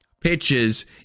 pitches